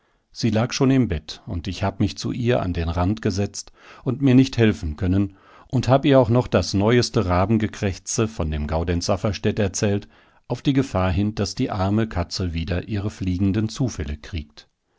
sie lag schon im bett und ich hab mich zu ihr an den rand gesetzt und mir nicht helfen können und hab ihr auch noch das neueste rabengekrächze von dem gaudenz safferstätt erzählt auf die gefahr hin daß die arme katzel wieder ihre fliegenden zufälle kriegt